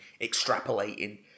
extrapolating